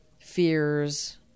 Fears